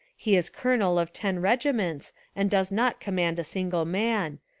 he is colo nel of ten regiments and does not command a single man,